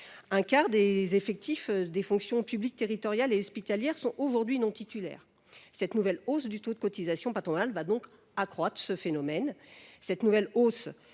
Un quart des effectifs des fonctions publiques territoriale et hospitalière sont aujourd’hui non titulaires. Cette nouvelle hausse du taux de cotisation patronale va donc accroître ce phénomène.